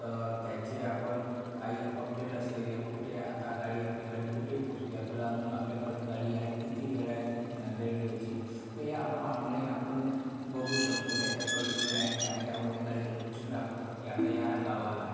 तर त्याचे आपण काही अपडेट असेल या कुठे आता गाडी आपली गाडी कुठे पोहोचली आपल्याला अजून आपल्यापर्यंत गाडी यायला किती वेळ आहे रेल्वेची तर हे आपण ऑनलाईन आपण बघू शकतो त्याच्या पर्टिक्युलर अॅप्स आहे त्यावरती गाडीचं लोकेशन दाखवतात की आता या गावाला आहे